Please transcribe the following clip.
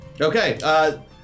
Okay